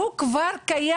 שהוא כבר קיים.